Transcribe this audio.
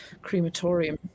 crematorium